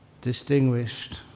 distinguished